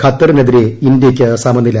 ഖത്തറിനെതിരെ ഇന്തൃയ്ക്കു സമനില